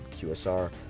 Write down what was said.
QSR